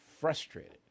frustrated